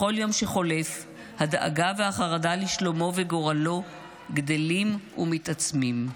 בכל יום שחולף הדאגה והחרדה לשלומו וגורלו גדלים ומתעצמים.